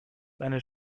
seine